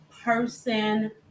person